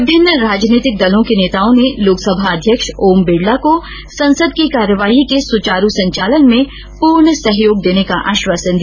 विभिन्न राजनीतिक दलों के नेताओं ने लोकसभा अध्यक्ष ओम बिरला को संसद की कार्यवाही के सुचारू संचालन में पूर्ण सहयोग करने का आश्वासन दिया